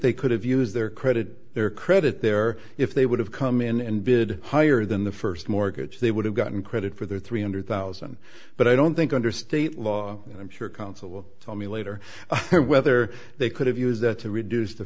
they could have used their credit their credit there if they would have come in and bid higher than the first mortgage they would have gotten credit for their three hundred thousand but i don't think under state law i'm sure counsel will tell me later whether they could have used that to reduce the